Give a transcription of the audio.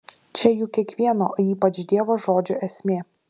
čia juk kiekvieno o ypač dievo žodžio esmė